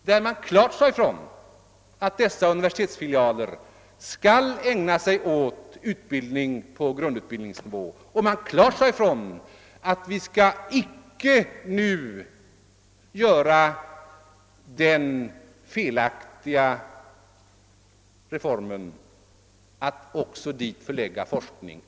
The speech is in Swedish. Man sade klart ifrån att dessa universitetsfilialer skall ägna sig åt utbildning på grundutbildningsnivå och att vi icke dit skall förlägga forskning.